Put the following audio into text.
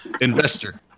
investor